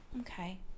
Okay